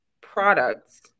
products